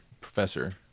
professor